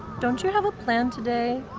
don't you have a plan today?